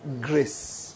Grace